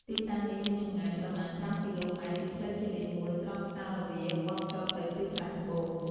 ទីតាំងនេះមានចម្ងាយប្រមាណ ៥ គីឡូម៉ែត្រពីផ្លូវជាតិលេខ ១ (ត្រង់ផ្សារល្វា) បត់ចុះទៅទិសខាងត្បូង។